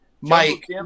Mike